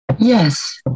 Yes